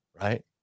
Right